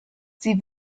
sie